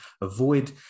avoid